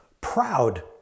proud